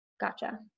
Gotcha